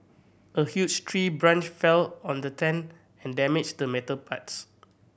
a huge tree branch fell on the tent and damaged the metal parts